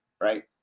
right